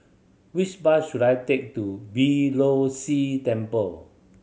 which bus should I take to Beeh Low See Temple